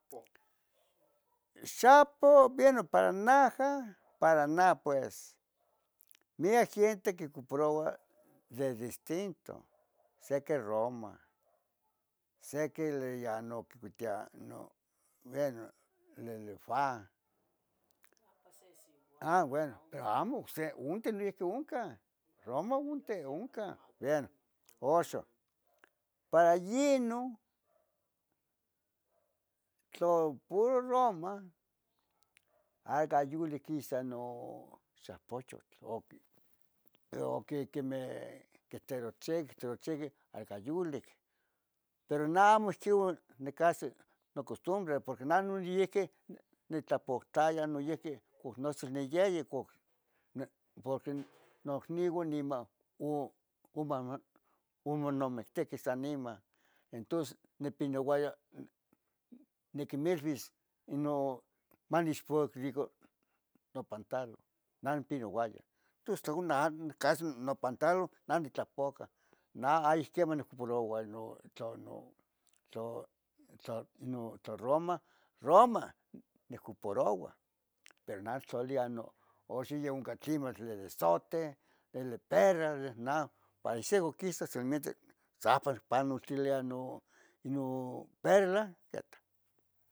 Xapoh, ueno para najah para neh pues, miac gente quicoparoua tlen distinto, seque roma, seque nocuitia no bueno lelefa, a bueno amo ocse unti nonqui noncan, roma unti oncan. Beno oxo para yinon tlo puro roma haiga yulic quisa non xapoyotl oqui, oque quitelohchequi, quitelohchequi, aca yulic. Pero nah amo nichiua nicasi nocotumbre porque nah noniyihqui nitlapoctaya oc nosel niyeyecoc, porque nocniuan nima amamah omonomictihqueh san niman entos nipinauaya niquimilvis manixpoquilican no pantalon nen pinouaya, tos tla ohcon amo casi nopantalon nah nitlapoca. Nah ayic queman nic polo no tla, tla roma, roma nicoparoua, pero noxon oxin yn can tlin, de zote, de perla de nah para ihsihcu quisas sa ompa nipanultilia nu, nu perla etah